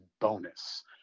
bonus